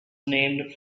named